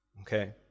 Okay